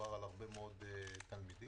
מדובר בהרבה מאוד תלמידים,